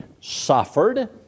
suffered